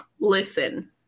listen